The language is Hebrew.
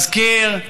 אזכיר,